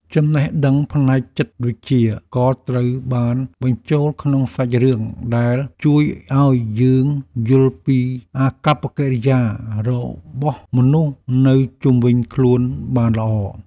ចំណេះដឹងផ្នែកចិត្តវិទ្យាក៏ត្រូវបានបញ្ចូលក្នុងសាច់រឿងដែលជួយឱ្យយើងយល់ពីអាកប្បកិរិយារបស់មនុស្សនៅជុំវិញខ្លួនបានល្អ។